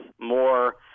more